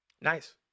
Nice